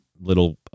little